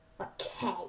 Okay